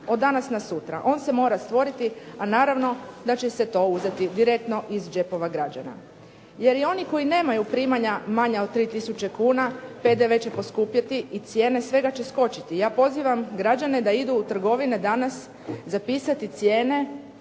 od danas na sutra. On se mora stvoriti, a naravno da će se to uzeti direktno iz džepova građana. Jer i oni koji nemaju primanja manja od 3 tisuće kuna, PDV će poskupjeti i cijene svega će skočiti. Ja pozivam građane da idu u trgovine danas zapisati cijene